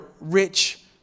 rich